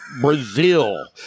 Brazil